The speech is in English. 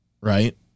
right